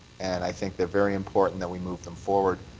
and i think they're very important that we move them forward.